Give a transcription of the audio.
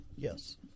Yes